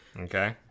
okay